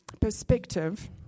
perspective